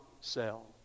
sell